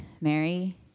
Mary